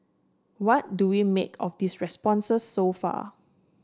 what do we make of these responses so far